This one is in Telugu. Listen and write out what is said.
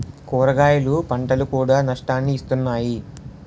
కూరగాయల పంటలు కూడా నష్టాన్ని ఇస్తున్నాయి